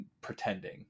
pretending